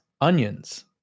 onions